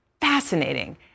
Fascinating